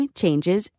changes